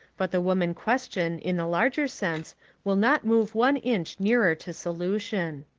but the woman question in the larger sense will not move one inch nearer to solution.